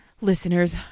listeners